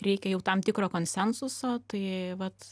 reikia jau tam tikro konsensuso tai vat